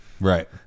Right